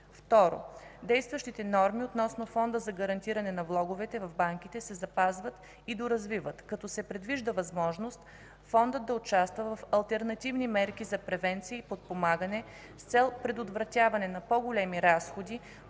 Второ, действащите норми относно Фонда за гарантиране на влоговете в банките се запазват и доразвиват, като се предвижда възможност Фондът да участва в алтернативни мерки за превенция и подпомагане с цел предотвратяване на по-големи разходи